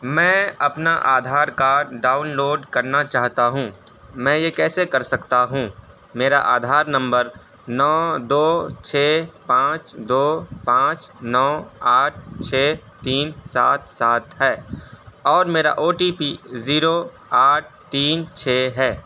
میں اپنا Aadhaar card download کرنا چاہتا ہوں میں یہ کیسے کر سکتا ہوں میرا آدھار نمبر نو دو چھ پانچ دو پانچ نو آٹھ چھ تین سات سات ہے اور میرا او ٹی پی زیرو آٹھ تین چھ ہے